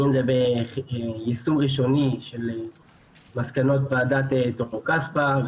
רואים את זה ביישום ראשוני של מסקנות ועדת טור כספא,